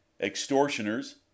extortioners